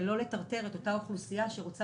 כדי לא לטרטר את אותה אוכלוסייה שרוצה